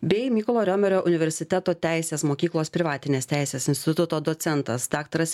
bei mykolo riomerio universiteto teisės mokyklos privatinės teisės instituto docentas daktaras